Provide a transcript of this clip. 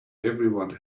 everyone